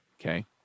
okay